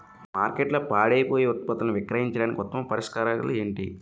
మార్కెట్లో పాడైపోయే ఉత్పత్తులను విక్రయించడానికి ఉత్తమ పరిష్కారాలు ఏంటి?